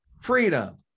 freedom